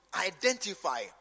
identify